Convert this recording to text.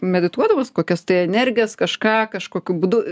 medituodamas kokias tai energijas kažką kažkokiu būdu